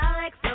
Alex